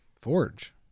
Forge